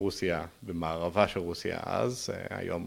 ‫רוסיה ומערבה של רוסיה אז, ‫היום...